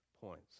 points